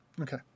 Okay